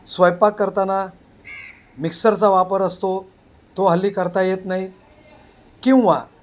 स्वयंपाक करताना मिक्सरचा वापर असतो तो हल्ली करता येत नाही किंवा